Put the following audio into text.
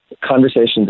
conversations